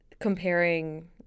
comparing